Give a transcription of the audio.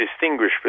distinguish